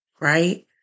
right